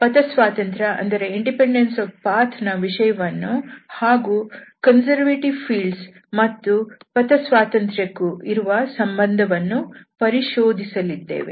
ನಾವು ಈ ಪಥ ಸ್ವಾತಂತ್ರ್ಯ ದ ವಿಷಯವನ್ನು ಹಾಗೂ ಕನ್ಸರ್ವೇಟಿವ್ ಫೀಲ್ಡ್ಸ್ ಮತ್ತು ಪಥ ಸ್ವಾತಂತ್ರ್ಯಕ್ಕೂ ಇರುವ ಸಂಬಂಧವನ್ನು ಪರಿಶೋಧಿಸಲಿದ್ದೇವೆ